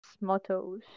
mottos